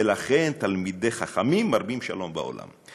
על כן תלמידי חכמים מרבים שלום" בעולם.